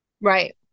Right